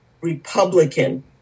Republican